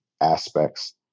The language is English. aspects